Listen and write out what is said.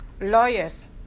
lawyers